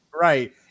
right